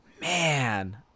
Man